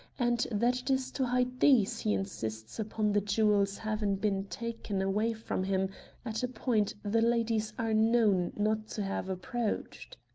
and that it is to hide these he insists upon the jewel's having been taken away from him at a point the ladies are known not to have approached?